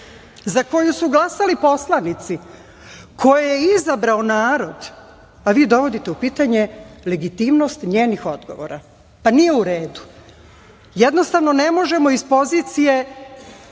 za koju su glasali poslanici, koje je izabrao narod, a vi dovodite u pitanje legitimnost njenih odgovora. Pa, nije u redu. Jednostavno ne možemo iz pozicije